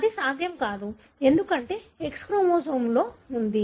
అది సాధ్యం కాదు ఎందుకంటే ఇది X క్రోమోజోమ్లో ఉంది